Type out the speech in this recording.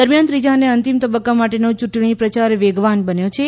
દરમિયાન ત્રીજા અને અંતિમ તબક્કા માટેનો ચૂંટણી પ્રચાર વેગવાન બન્યો છે